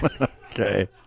Okay